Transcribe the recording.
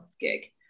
gig